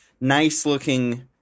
Nice-looking